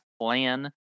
plan